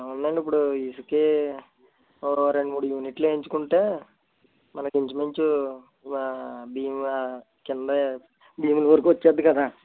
ఏముందండి ఇప్పుడు ఇసుకే ఓ రెండు మూడు యూనిట్లు వేయించుకుంటే మనకు ఇంచు మించు భీమ్ కింద భీముల వరకు వచ్చేస్తుంది కదా